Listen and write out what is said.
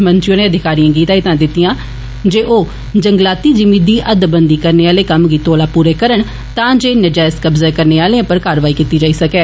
मंत्री होरें अधिकारिएं गी हिदायतां दितियां जे ओ जंगलाती जिमी दी हदबंदी करने आला कम्म तौले पूरा करन तां जे नजैज कब्जे करने आले उप्पर कारवाई कीती जाई सकै